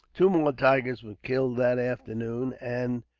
two more tigers were killed that afternoon and,